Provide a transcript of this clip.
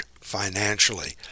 financially